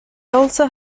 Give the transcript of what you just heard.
also